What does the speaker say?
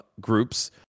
groups